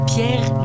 Pierre